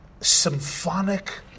symphonic